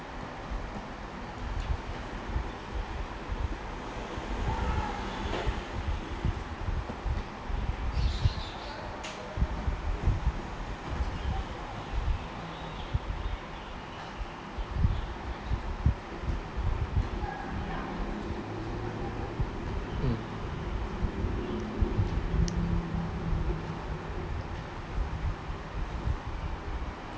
mm